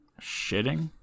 Shitting